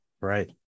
right